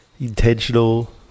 intentional